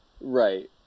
Right